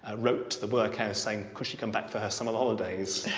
ah wrote to the workhouse saying could she come back for her summer holidays,